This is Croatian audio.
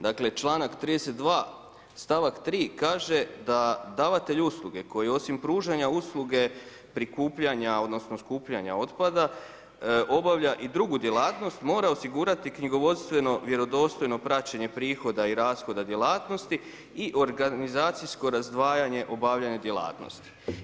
Dakle članak 32. stavak 3. kaže da „davatelj usluge koji osim pružanja usluge prikupljanja odnosno skupljanja otpada obavlja i drugu djelatnost, mora osigurati knjigovodstveno vjerodostojno praćenje prihoda i rashoda djelatnosti i organizacijsko razdvajanje obavljanja djelatnosti“